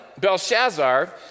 Belshazzar